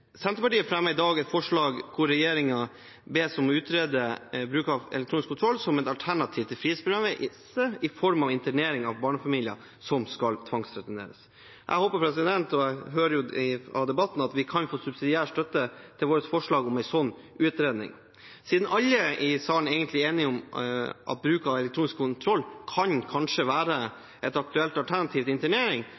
Senterpartiet fremmer i dag et forslag hvor regjeringen bes oss om å utrede bruk av elektronisk kontroll som et alternativ til frihetsberøvelse i form av internering av barnefamilier som skal tvangsreturneres. Jeg håper – og jeg hører av debatten – at vi kan få subsidiær støtte til vårt forslag om en slik utredning. Siden alle i salen egentlig er enige om at bruk av elektronisk kontroll kanskje kan være